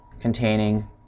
containing